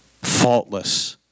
Faultless